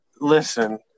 Listen